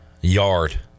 yard